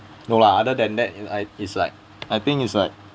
no lah other than that and I it's like I think is like